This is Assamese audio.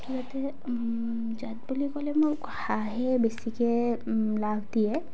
ইয়াতে জাত বুলি ক'লে মোৰ হাঁহে বেছিকে লাভ দিয়ে